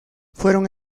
fueron